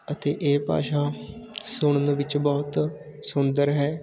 ਅਤੇ ਇਹ ਭਾਸ਼ਾ ਸੁਣਨ ਵਿੱਚ ਬਹੁਤ ਸੁੰਦਰ ਹੈ